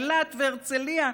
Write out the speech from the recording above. אילת והרצליה,